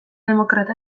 demokrata